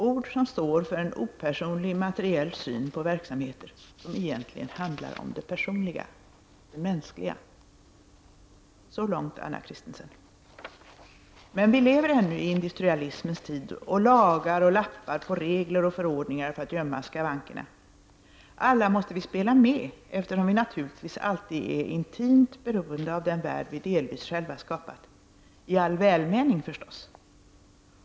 Ord som står för en opersonlig, materiell syn på verksamheter som egentligen handlar om det personliga, det mänskliga.” — Så långt Anna Christensen. Men vi lever ännu i industrialismens tid och lagar och lappar på regler och förordningar för att gömma skavankerna. Alla måste vi spela med eftersom vi naturligtvis alltid är intimt beroende av den värld vi delvis själva skapat — i all välmening, förstås.